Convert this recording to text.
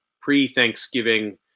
pre-Thanksgiving